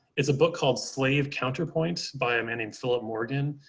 it's a book called slave counterpoint by a man named philip morgan.